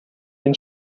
den